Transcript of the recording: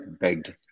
begged